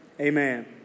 Amen